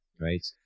right